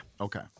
Okay